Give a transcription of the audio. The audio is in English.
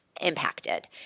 Impacted